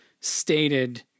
stated